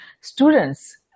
students